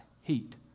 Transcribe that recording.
heat